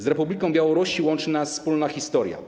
Z Republiką Białorusi łączy nas wspólna historia.